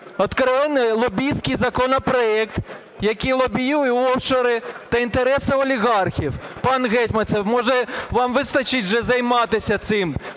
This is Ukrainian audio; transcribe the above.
відверто, лобістський законопроект, який лобіює офшори та інтереси олігархів. Пан Гетманцев, може вам вистачить вже займатися цим?